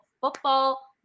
football